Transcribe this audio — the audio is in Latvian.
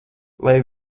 lai